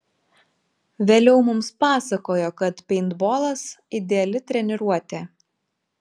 vėliau mums pasakojo kad peintbolas ideali treniruotė